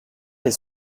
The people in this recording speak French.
les